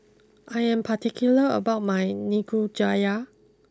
I am particular about my Nikujaga